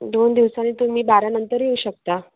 दोन दिवसांनी तुम्ही बारानंतर येऊ शकता